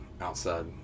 outside